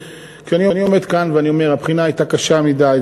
אני חושב שכשאני עומד כאן ואני אומר: הבחינה הייתה קשה מדי,